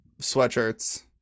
sweatshirts